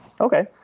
Okay